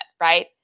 right